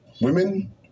women